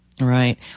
Right